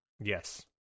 Yes